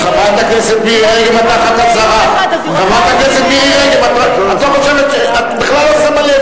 וחברת הכנסת מירי רגב, את תחת אזהרה.